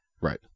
Right